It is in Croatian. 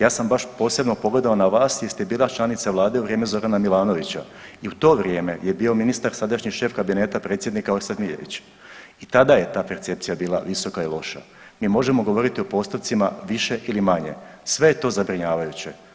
Ja sam baš posebno pogledao na vas jer ste bila članica vlade u vrijeme Zorana Milanovića i u to vrijeme je bio ministar sadašnji šef kabineta predsjednika Orsat Miljenić i tada je ta percepcija bila visoka i loša, Mi možemo govoriti o postocima više ili manje, sve je to zabrinjavajuće.